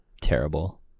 terrible